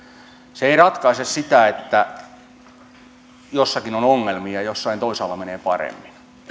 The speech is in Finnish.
se ei ratkaise sitä että jossakin on ongelmia ja jossain toisaalla menee paremmin